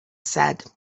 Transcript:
said